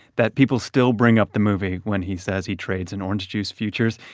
that people still bring up the movie when he says he trades in orange juice futures,